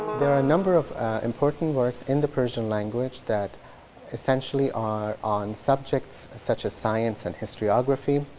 there are a number of important works in the persian language that essentially are on subjects such as science and historiography.